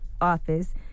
Office